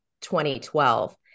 2012